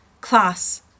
class